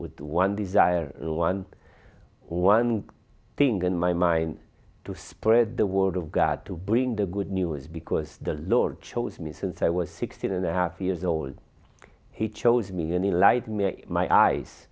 with one desire and one one thing in my mind to spread the word of god to bring the good news because the lord chose me since i was sixteen and a half years old he chose me in the light of my eyes